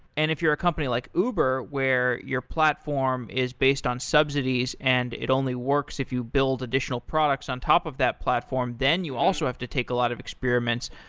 and if you're a company like uber, where your platform is based on subsidies and it only works if you build additional products on top of that platform, then you also have to take a lot of experiments.